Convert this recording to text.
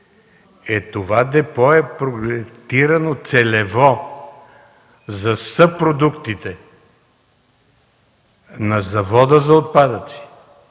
че това депо е проектирано целево за съпродуктите на завода за отпадъци.